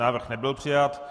Návrh nebyl přijat.